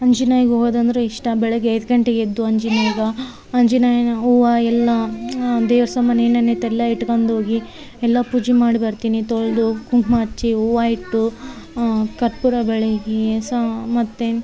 ಆಂಜನೇಯಗ್ ಹೋಗೋದಂದರೆ ಇಷ್ಟ ಬೆಳಗ್ಗೆ ಐದು ಗಂಟೆಗೆ ಎದ್ದು ಆಂಜನೇಯಗೆ ಅಂಜನೇಯನ ಹೂವು ಎಲ್ಲ ದೇವರ ಸಾಮಾನ್ ಏನೇನು ಐತಿ ಎಲ್ಲ ಇಟ್ಕಂಡೋಗಿ ಎಲ್ಲ ಪೂಜೆ ಮಾಡಿಬರ್ತಿನಿ ತೊಳೆದು ಕುಂಕುಮ ಹಚ್ಚಿ ಹೂವು ಇಟ್ಟು ಕರ್ಪುರ ಬೆಳಗಿ ಸಾ ಮತ್ತು